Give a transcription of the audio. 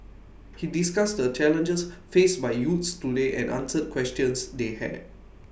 he discussed the challenges faced by youths today and answered questions they had